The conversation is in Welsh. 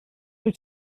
wyt